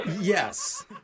Yes